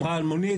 אמרה אלמונית,